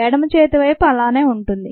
ఎడమ చేతి వైపు అలాగే ఉంటుంది